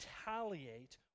retaliate